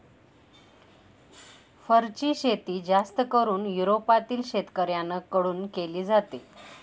फरची शेती जास्त करून युरोपातील शेतकऱ्यांन कडून केली जाते